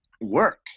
work